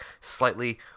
slightly